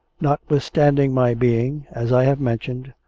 notwithstanding my being, as i have mentioned,